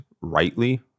rightly